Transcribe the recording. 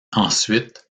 ensuite